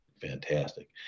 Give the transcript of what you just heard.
fantastic